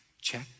check